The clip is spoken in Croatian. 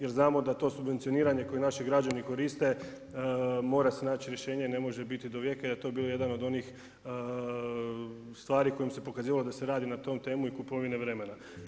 Jer znamo da to subvencioniranje koje naši građani koriste mora se naći rješenje, ne može biti do vijeka i da je to bio jedan od onih stvari kojom se pokazivalo da se radi na tom temu i kupovine vremena.